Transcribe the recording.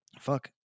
fuck